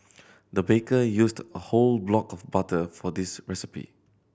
the baker used a whole block of butter for this recipe